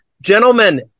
Gentlemen